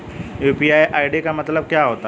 UPI ID का मतलब क्या होता है?